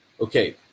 Okay